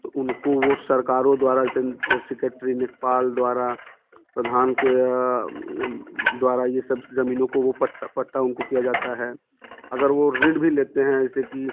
तो उनको वो सरकारों द्वारा जैसे सेकेट्री लेखपाल द्वारा प्रधान के द्वारा ये सब ज़मीनों को वो पट्ट पट्टा उनको किया जाता है अगर वो ऋण भी लेते हैं जैसे कि